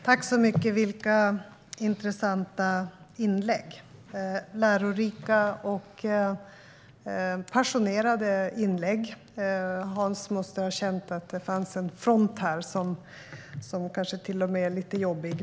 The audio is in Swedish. Herr talman! Vilka intressanta inlägg! Det var lärorika och passionerade inlägg. Hans måste ha känt att det fanns en front här som kanske till och med var lite jobbig.